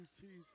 Jesus